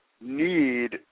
need